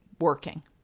working